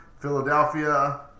Philadelphia